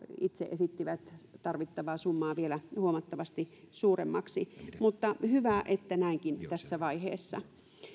itse esittivät tarvittavaa summaa vielä huomattavasti suuremmaksi mutta on hyvä että näinkin tässä vaiheessa